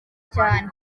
cyane